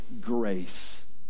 Grace